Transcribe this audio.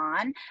on